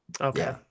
Okay